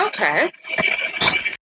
Okay